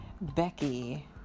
Becky